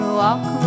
walk